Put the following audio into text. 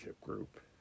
group